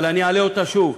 אבל אני אעלה אותו שוב,